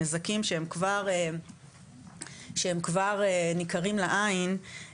הנזקים שהם כבר נכרים לעין,